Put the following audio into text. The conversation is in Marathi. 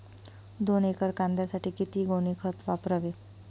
दोन एकर कांद्यासाठी किती गोणी खत वापरावे?